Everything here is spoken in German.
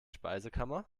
speisekammer